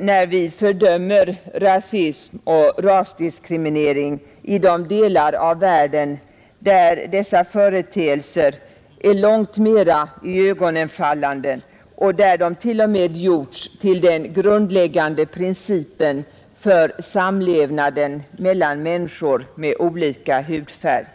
när vi fördömer rasism och rasdiskriminering i de delar av världen där dessa företeelser är långt mera iögonenfallande och där de t.o.m. gjorts till den grundläggande principen för samlevnaden mellan människor med olika hudfärg.